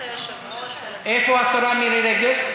איפה השרה מירי רגב?